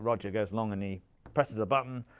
roger goes along, and he presses a button.